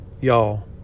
Y'all